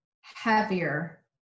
heavier